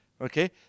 okay